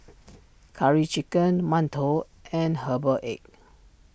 Curry Chicken Mantou and Herbal Egg